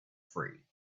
free